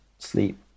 sleep